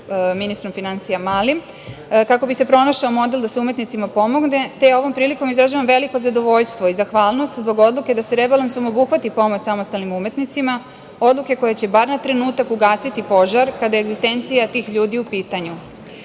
ministrom finansija Malim kako bi se pronašao model da se umetnicima pomogne te ovom prilikom izražavam veliko zadovoljstvo i zahvalnost zbog odluke da se rebalansom obuhvati pomoć samostalnim umetnicima, odluke koje će bar na trenutak ugasiti požar kada je egzistencija tih ljudi u